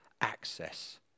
access